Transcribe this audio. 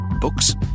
Books